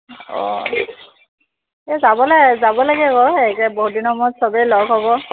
অঁ এই যাব ল যাব লাগে আকৌ বহুত দিনৰ মূৰত চবেই লগ হ'ব